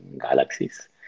Galaxies